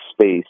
space